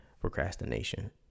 procrastination